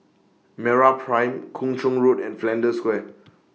Meraprime Kung Chong Road and Flanders Square